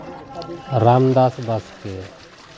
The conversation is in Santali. ᱨᱟᱢᱫᱟᱥ ᱵᱟᱥᱠᱮ